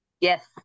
Yes